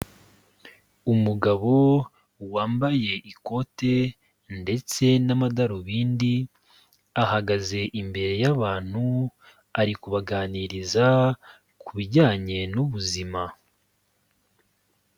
Umugabo wambaye ikote ndetse n'amadarubindi, ahagaze imbere y'abantu ari kubaganiriza ku bijyanye n'ubuzima.